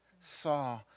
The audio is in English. saw